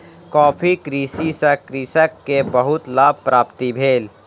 coffee कृषि सॅ कृषक के बहुत लाभ प्राप्त भेल